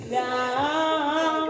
now